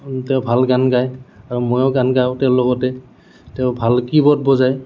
তেওঁ ভাল গান গায় আৰু ময়ো গান গাওঁ তেওঁৰ লগতে তেওঁ ভাল কীবৰ্ড বজায়